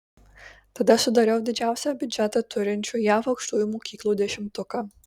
tada sudariau didžiausią biudžetą turinčių jav aukštųjų mokyklų dešimtuką